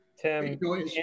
Tim